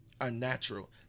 unnatural